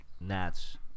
Nats